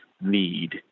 need